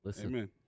Amen